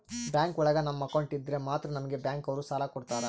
bank ಒಳಗ ನಮ್ account ಇದ್ರೆ ಮಾತ್ರ ನಮ್ಗೆ ಬ್ಯಾಂಕ್ ಅವ್ರು ಸಾಲ ಕೊಡ್ತಾರ